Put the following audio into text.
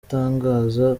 atangaza